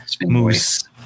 Moose